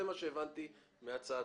כך הבנתי מהצעתו.